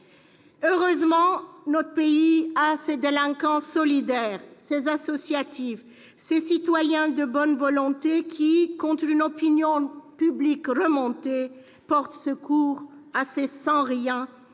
Heureusement, notre pays a ses délinquants solidaires, ses associatifs, ses citoyens de bonne volonté qui, contre une opinion publique remontée, portent secours à ces sans-rien